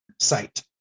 site